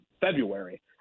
February